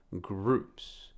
groups